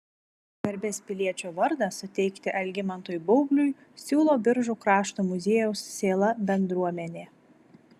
garbės piliečio vardą suteikti algimantui baubliui siūlo biržų krašto muziejaus sėla bendruomenė